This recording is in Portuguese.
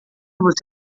você